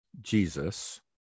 Jesus